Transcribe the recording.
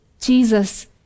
Jesus